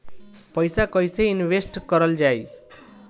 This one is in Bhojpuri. पैसा कईसे इनवेस्ट करल जाई?